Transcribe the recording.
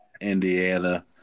Indiana